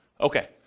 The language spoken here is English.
Okay